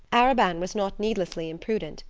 arobin was not needlessly imprudent.